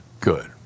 good